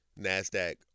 Nasdaq